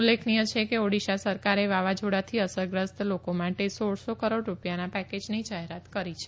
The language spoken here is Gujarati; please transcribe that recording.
ઉલ્લેખનીય છે કે ઓડીશા સરકારે વાવાઝોડાથી અસરગ્રસ્ત લોકો માટે સોળસો કરોડ રૂપિયાના પેકેજની જાહેરાત કરી છે